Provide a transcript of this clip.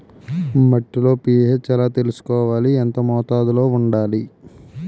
మట్టిలో పీ.హెచ్ ఎలా తెలుసుకోవాలి? ఎంత మోతాదులో వుండాలి?